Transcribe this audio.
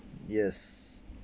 yes